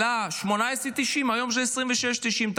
עלה 18.9 שקלים, והיום הוא עולה 26.9 שקלים.